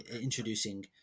introducing